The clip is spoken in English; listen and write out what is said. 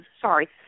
sorry